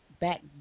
back